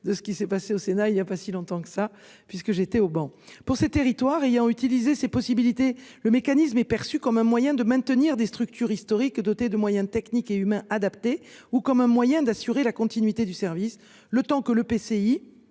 de ce qui s'est passé au Sénat il y a pas si longtemps que ça, puisque j'étais au banc pour ces territoires ayant utilisé ces possibilités, le mécanisme est perçue comme un moyen de maintenir des structures historiques dotée de moyens techniques et humains adaptés ou comme un moyen d'assurer la continuité du service, le temps que le PCI